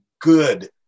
good